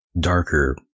darker